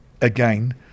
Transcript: again